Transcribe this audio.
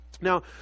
Now